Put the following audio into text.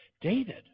David